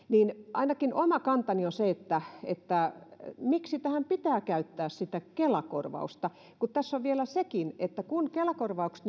ainakin oma kantani on siis se että että miksi tähän pitää käyttää sitä kela korvausta kun tässä on vielä sekin että kun kela korvaukset